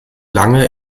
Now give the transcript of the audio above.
lange